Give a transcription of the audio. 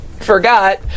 forgot